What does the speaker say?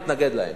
הוא מתנגד להם,